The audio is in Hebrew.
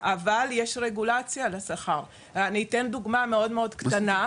אבל יש רגולציה על השכר אני אתן דוגמה מאוד מאוד קטנה.